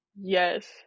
Yes